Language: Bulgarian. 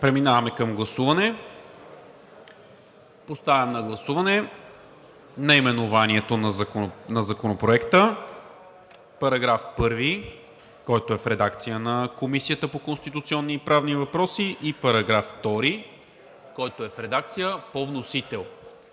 Преминаваме към гласуване. Поставям на гласуване наименованието на Законопроекта, § 1, който е в редакция на Комисията по конституционни и правни въпроси, и § 2, който е в редакция по вносител.